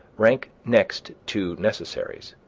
rank next to necessaries,